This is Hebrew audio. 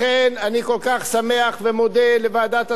לכן אני כל כך שמח ומודה לוועדת השרים,